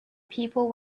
people